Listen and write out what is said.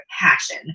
passion